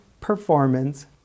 performance